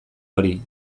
hori